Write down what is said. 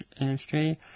industry